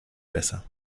besser